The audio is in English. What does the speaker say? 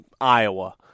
Iowa